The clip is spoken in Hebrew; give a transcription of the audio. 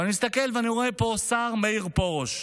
אבל אני מסתכל ואני רואה פה את השר מאיר פרוש.